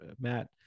matt